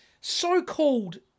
so-called